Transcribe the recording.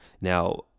Now